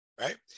right